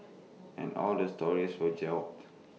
and all the stories were gelled